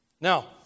Now